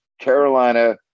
Carolina